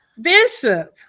Bishop